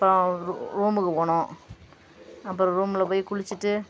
அப்புறோம் ரூ ரூமுக்கு போனோம் அப்புறோம் ரூம்மில் போய் குளிச்சிவிட்டு